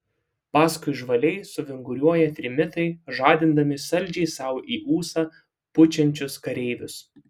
paskui žvaliai suvinguriuoja trimitai žadindami saldžiai sau į ūsą pučiančius kareivius